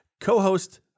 co-host